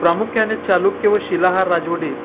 प्रमुख्याने चालुक्य व शिलाहार राजवटीत